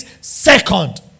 second